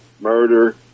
murder